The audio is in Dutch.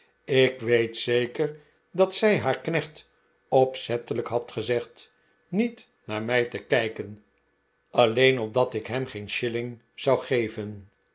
ik weet zeker dat zij haar knecht opzettelijk had gezegd niet naar mij te kijken alleen opdat ik hem geen shilling zou geven